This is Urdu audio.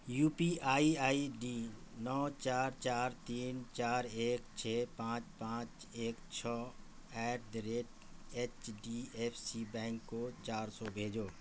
you P I I D نو چار چار تین چار ایک چھ پانچ پانچ ایک چھ at the rate H D F C bank کو چار سو بھیجو